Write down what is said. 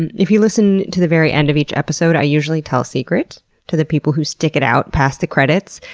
and if you listen to the very end of each episode, i usually tell a secret to the people who stick it out past the credits.